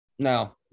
No